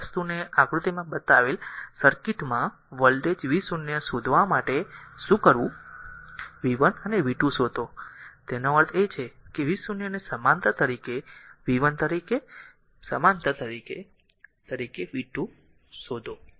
તો આ વસ્તુને આકૃતિમાં બતાવેલ સર્કિટમાં વોલ્ટેજ v0 શોધવા માટે શું કરવું v 1 અને v 2 શોધો તેનો અર્થ એ છે કે v0 ને ll તરીકે v1 તરીકે ll તરીકે v2 શોધો